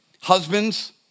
Husbands